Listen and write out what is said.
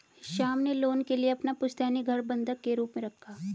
श्याम ने लोन के लिए अपना पुश्तैनी घर बंधक के रूप में रखा